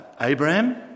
Abraham